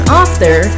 author